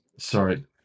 Sorry